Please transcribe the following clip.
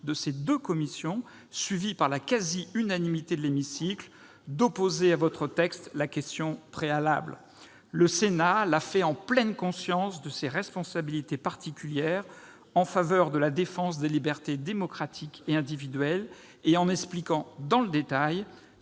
de ses commissions, suivies par un hémicycle quasi unanime, d'opposer à votre texte la question préalable. Le Sénat l'a fait en pleine conscience de ses responsabilités particulières en faveur de la défense des libertés démocratiques et individuelles et en expliquant dans le détail